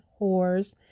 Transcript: whores